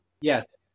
Yes